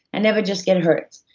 i never just get hurt.